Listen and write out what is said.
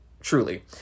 Truly